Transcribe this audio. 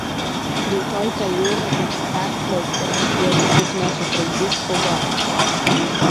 rytoj tą jūrą teks perplaukti jeigu tik nesutrukdys pūga